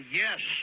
yes